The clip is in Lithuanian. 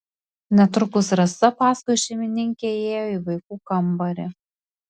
netrukus rasa paskui šeimininkę įėjo į vaikų kambarį